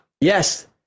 Yes